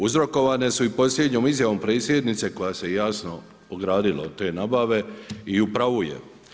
Uzrokovane su i posljednjom izjavom predsjednice koja se jasno ogradila od te nabave i u pravu je.